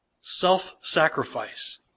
self-sacrifice